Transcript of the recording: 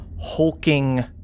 hulking